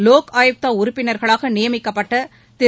லோக் ஆயுக்தா உறுப்பினர்களாக நியமிக்கப்பட்ட திரு